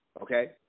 Okay